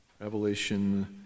Revelation